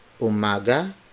umaga